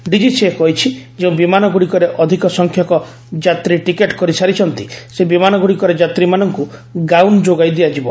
DGCA କହିଛି ଯେଉଁ ବିମାନଗୁଡ଼ିକରେ ଅଧିକ ସଂଖ୍ୟକ ଯାତ୍ରୀ ଟିକେଟ୍ କରିସାରିଛନ୍ତି ସେହି ବିମାନଗୁଡ଼ିକରେ ଯାତ୍ରୀମାନଙ୍କୁ ଗାଉନ୍ ଯୋଗାଇ ଦିଆଯିବ